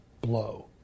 blow